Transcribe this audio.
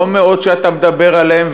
לא מאות שאתה מדבר עליהם,